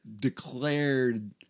declared